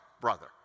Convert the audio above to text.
brother